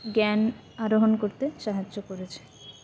জ্ঞান আরোহণ করতে সাহায্য করেছে